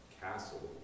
castle